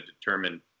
determine